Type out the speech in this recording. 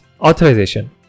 Authorization